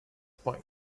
point